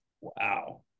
Wow